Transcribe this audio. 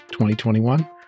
2021